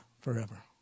forever